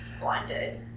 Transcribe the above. blinded